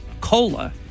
COLA